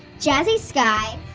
jazzy skye.